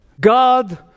God